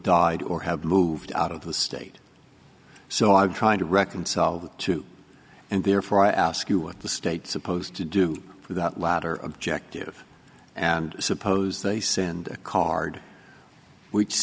died or have moved out of the state so i'm trying to reconcile the two and therefore i ask you what the state supposed to do with that latter objective and suppose they send a card which